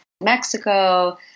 Mexico